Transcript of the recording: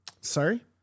Sorry